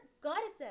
goddesses